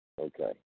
Okay